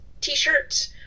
t-shirts